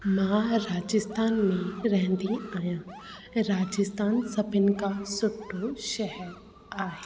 मां राजस्थान में रहंदी आहियां ऐं राजस्थान सभिनी खां सुठो शहर आहे